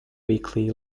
weekly